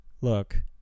look